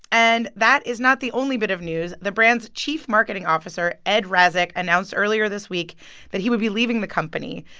and that is not the only bit of news the brand's chief marketing officer, ed razek, announced earlier this week that he would be leaving the company.